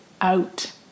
out